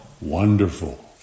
Wonderful